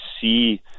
see